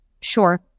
Sure